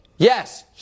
Yes